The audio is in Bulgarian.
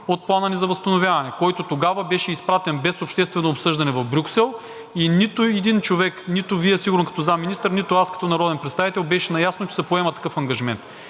от Плана ни за възстановяване, който тогава беше изпратен без обществено обсъждане в Брюксел, и нито един човек – нито Вие сигурно като заместник-министър, нито аз като народен представител, беше наясно, че се поема такъв ангажимент.